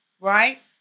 right